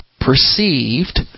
perceived